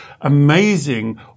amazing